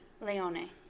Leone